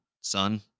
son